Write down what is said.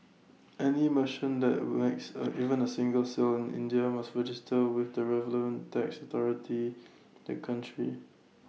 any merchant that makes A even A single sale in India must register with the relevant tax authority the country